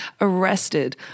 arrested